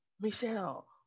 Michelle